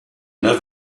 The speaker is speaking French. neuf